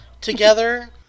Together